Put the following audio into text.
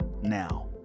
now